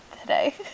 today